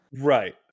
right